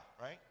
right